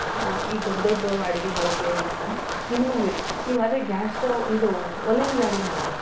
ಈ ದೊಡ್ಡ ದೊಡ್ಡ ಅಡುಗೆಗಳ್ಗೆ ಇದಕ್ಕಿನ್ನ ಮಿನಿಮಮ್ ವೇಯ್ಟ್ ನೀವು ಅದೇ ಗ್ಯಾಸ್ ಸ್ಟವ್ ಇದೂ ಒಲೆ ಮೇಲೆ ಅಡುಗೆ ಮಾಡಿರಿ